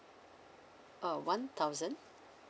uh one thousand